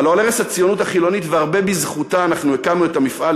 הלוא על ערש הציונות החילונית והרבה בזכותה אנחנו הקמנו את המפעל,